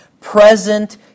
present